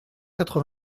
quatre